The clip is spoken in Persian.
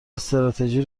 استراتژی